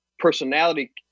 personality